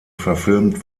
verfilmt